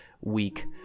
week